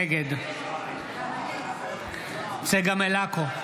נגד צגה מלקו,